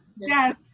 yes